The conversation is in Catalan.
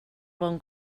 bon